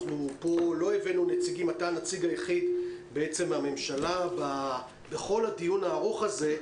אתה הנציג היחיד מהממשלה בכל הדיון הארוך הזה,